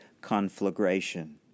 conflagration